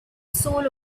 soul